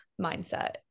mindset